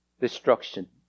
Destruction